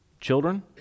children